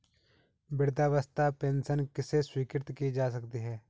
वृद्धावस्था पेंशन किसे स्वीकृत की जा सकती है?